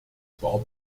bau